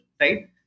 right